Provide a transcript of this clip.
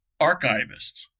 archivists